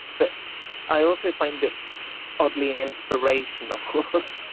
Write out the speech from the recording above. but i also find it oddly inspirational.